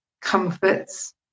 comforts